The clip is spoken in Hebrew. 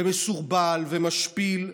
מסורבל ומשפיל,